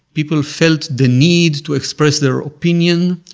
people felt the need to express their opinion.